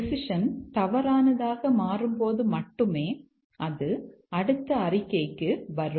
decision தவறானதாக மாறும்போது மட்டுமே அது அடுத்த அறிக்கைக்கு வரும்